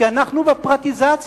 כי אנחנו בפרטיזציה.